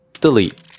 delete